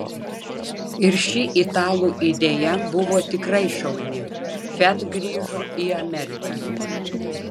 ir ši italų idėja buvo tikrai šauni fiat grįžo į ameriką